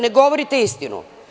Ne govorite istinu.